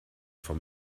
vom